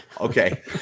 Okay